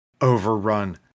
overrun